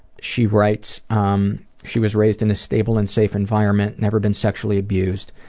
she writes um she was raised in a stable and safe environment, never been sexually abused.